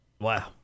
wow